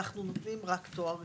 אנחנו נותנים רק תואר ראשון.